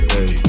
Hey